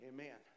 Amen